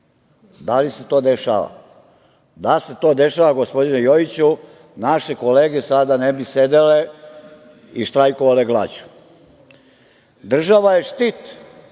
Da li se to dešava? Da se to dešava, gospodine Jojiću, naše kolege sada ne bi sedele i štrajkovale glađu. Država je štit